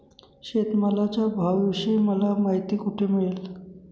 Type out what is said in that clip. शेतमालाच्या भावाविषयी मला माहिती कोठे मिळेल?